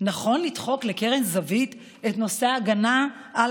נכון לדחוק לקרן זווית את נושא ההגנה על